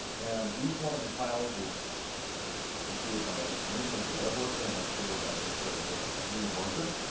and each one of the tiles is computed by an instance of a web worker, and that's created by this just new worker.